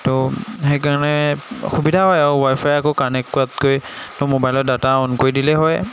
ত' সেইকাৰণে সুবিধা হয় আৰু ৱাই ফাই আকৌ কানেক্ট কৰাতকৈ ত' ম'বাইলৰ ডাটা অন কৰি দিলেই হয়